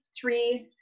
three